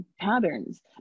patterns